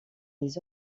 les